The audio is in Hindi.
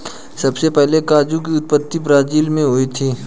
सबसे पहले काजू की उत्पत्ति ब्राज़ील मैं हुई थी